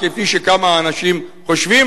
כפי שכמה אנשים חושבים,